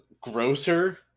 grosser